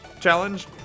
challenge